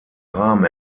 rahmen